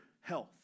health